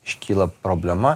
iškyla problema